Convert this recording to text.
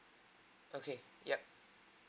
okay yup